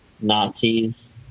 Nazis